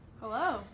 Hello